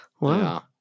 Wow